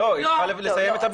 לא, היא צריכה לסיים את הבירור.